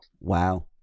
Wow